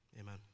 amen